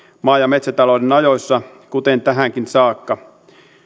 maa ja metsätalouden ajoissa kuten tähänkin saakka